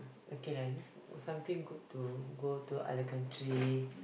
okay lah at least something good to go to other country